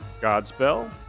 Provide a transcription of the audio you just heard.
Godspell